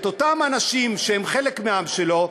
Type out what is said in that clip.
את אותם אנשים שהם חלק מהעם שלו,